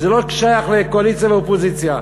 זה לא שייך לקואליציה ואופוזיציה.